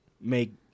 make